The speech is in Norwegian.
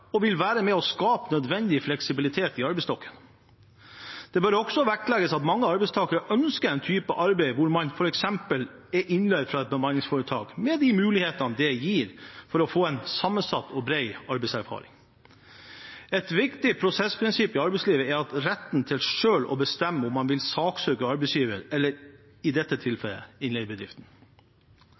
og være med på å skape nødvendig fleksibilitet i arbeidsstokken. Det bør også vektlegges at mange arbeidstakere ønsker en type arbeid hvor man f.eks. er innleid fra et bemanningsforetak, med de mulighetene det gir for å få en sammensatt og bred arbeidserfaring. Et viktig prosessprinsipp i arbeidslivet er retten til selv å bestemme om man vil saksøke arbeidsgiver, eller i dette tilfellet innleiebedriften.